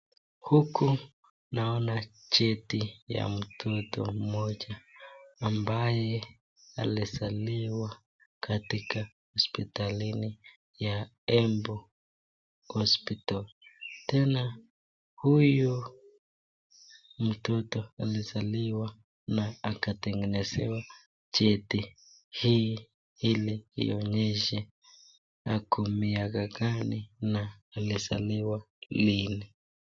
Huku naona cheti ya mtoto mmoja ambaye alizaliwa katika hospitalini ya Embu Hospital. Tena huyu mtoto alizaliwa na akatengenezewa cheti hii ili ionyeshe ako miaka gani na alizaliwa lini.